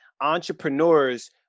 entrepreneurs